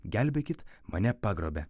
gelbėkit mane pagrobė